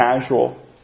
casual